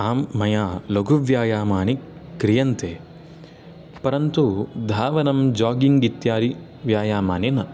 आं मया लघुव्यायामानि क्रियन्ते परन्तु धावनं जागिङ्ग् इत्यादि व्यायामानि न